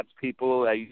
people